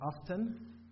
often